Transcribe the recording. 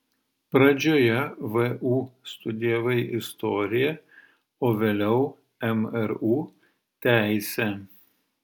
pradžioje vu studijavai istoriją o vėliau mru teisę